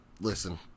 listen